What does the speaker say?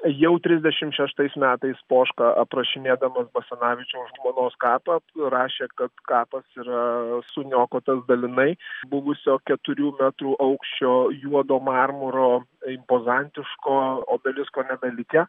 jau trisdešimt šeštais metais poška aprašinėdamas basanavičiaus žmonos kapą rašė kad kapas yra suniokotas dalinai iš buvusio keturių metrų aukščio juodo marmuro impozantiško obelisko nebelikę